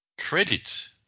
credit